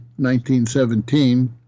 1917